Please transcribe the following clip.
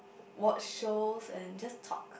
watch shows and just talk